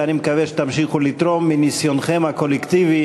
ואני מקווה שתמשיכו לתרום מניסיונכם הקולקטיבי